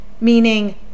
meaning